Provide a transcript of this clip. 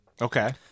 Okay